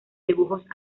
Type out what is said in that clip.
dibujos